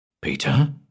Peter